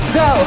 go